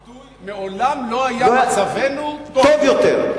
הביטוי: מעולם לא היה מצבנו טוב יותר.